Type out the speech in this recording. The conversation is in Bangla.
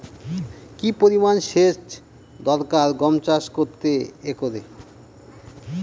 কি পরিমান সেচ দরকার গম চাষ করতে একরে?